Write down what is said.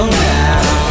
now